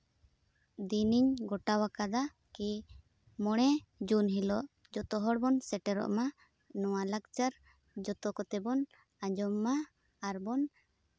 ᱫᱤᱱᱤᱧ ᱜᱳᱴᱟᱣᱠᱟᱫᱟ ᱠᱤ ᱢᱚᱬᱮ ᱡᱩᱱ ᱦᱤᱞᱳᱜ ᱡᱚᱛᱚ ᱦᱚᱲ ᱵᱚᱱ ᱥᱮᱴᱮᱨᱚᱜ ᱢᱟ ᱱᱚᱣᱟ ᱞᱟᱠᱪᱟᱨ ᱡᱚᱛᱚ ᱠᱚᱛᱮ ᱵᱚᱱ ᱟᱸᱡᱚᱢ ᱢᱟ ᱟᱨᱵᱚᱱ